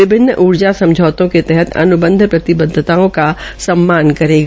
विभिन्न ऊर्जा समझौतो के तहत अनुबंध प्रतिबद्वताओं करेगा